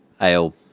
ale